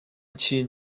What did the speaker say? chin